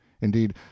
indeed